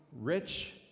rich